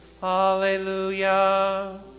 Hallelujah